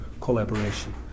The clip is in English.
collaboration